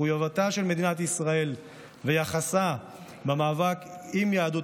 מחויבותה של מדינת ישראל ויחסה המחבק ליהדות